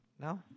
No